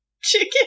chicken